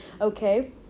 okay